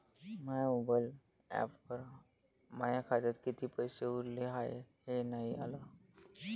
माया mobile ॲपवर माया खात्यात किती पैसे उरले हाय हे नाही आलं